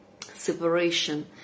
separation